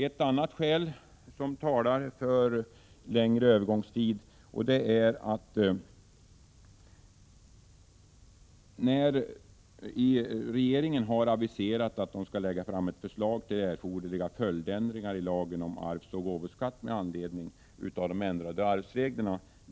Ett skäl som talar för längre övergångstid är att regeringen har aviserat att den skall lägga fram ett förslag till erforderliga följdändringar i lagen om arvsoch gåvoskatt med anledning av de här ändrade arvsreglerna.